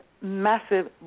massive